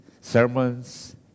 sermons